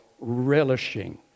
relishing